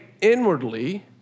inwardly